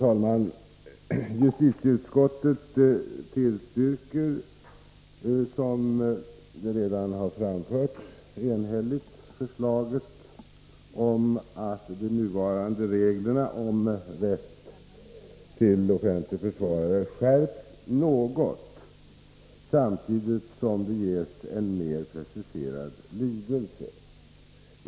Herr talman! Som redan har framförts tillstyrker justitieutskottet enhälligt förslaget om att de nuvarande reglerna om rätt till offentlig försvarare skärps något, samtidigt som de ges en mer preciserad lydelse.